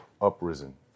uprisen